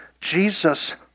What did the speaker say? Jesus